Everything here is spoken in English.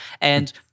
And-